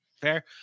Fair